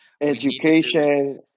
education